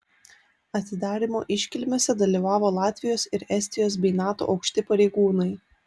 atidarymo iškilmėse dalyvavo latvijos ir estijos bei nato aukšti pareigūnai